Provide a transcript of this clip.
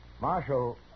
Marshal